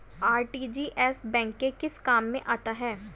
RTGS bank के किस काम में आता है?